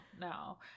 No